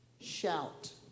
Shout